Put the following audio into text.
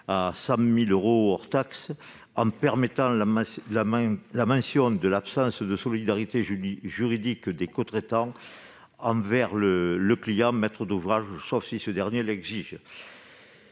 à 100 000 euros hors taxes, en permettant la mention de l'absence de solidarité juridique des cotraitants envers le client maître d'ouvrage, sauf si ce dernier l'exige.